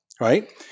right